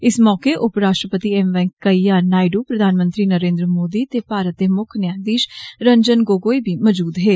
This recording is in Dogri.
इस मौके उपराश्ट्रपति एम वैंकेय्या नायडू प्रधानमंत्री नरेन्द्र मोदी ते भारत दे मुक्ख न्यायधीष रंजन गोगोई बी मौजूद हे